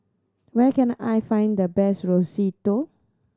where can I find the best